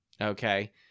okay